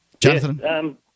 Jonathan